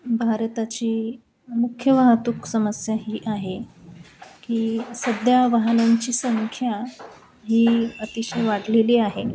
भारताची मुख्य वाहतूक समस्या ही आहे की सध्या वाहनांची संख्या ही अतिशय वाढलेली आहे